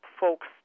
folks